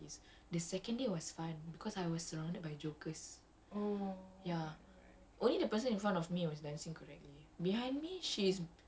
so like the first day cause I will maybe I was too focused on like myself but I didn't notice the second day it was fun because I was surrounded by jokers